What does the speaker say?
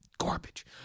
garbage